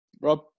Rob